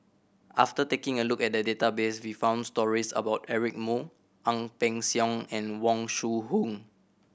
after taking a look at the database we found stories about Eric Moo Ang Peng Siong and Wong Shu Hoong